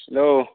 hello